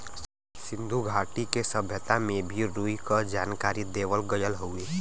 सिन्धु घाटी के सभ्यता में भी रुई क जानकारी देवल गयल हउवे